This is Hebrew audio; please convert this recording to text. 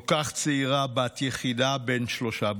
כל כך צעירה, בת יחידה בין שלושה בנים,